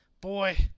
boy